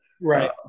Right